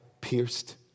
pierced